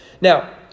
Now